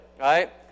right